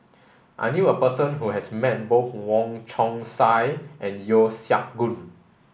I knew a person who has met both Wong Chong Sai and Yeo Siak Goon